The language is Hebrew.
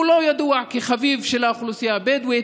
הוא לא ידוע כחביב של האוכלוסייה הבדואית,